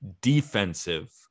defensive